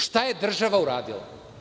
Šta je država uradila?